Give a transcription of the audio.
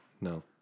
No